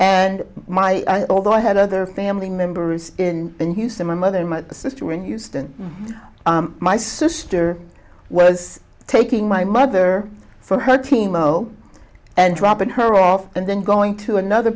and my although i had other family members in in houston my mother my sister in houston my sister was taking my mother from her team oh and dropping her off and then going to another